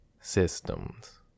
systems